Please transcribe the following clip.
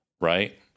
Right